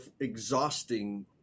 exhausting